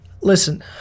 Listen